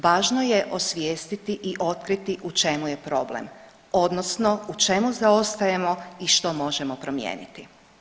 Važno je osvijestiti i otkriti u čemu je problem, odnosno u čemu zaostajemo i što možemo promijeniti?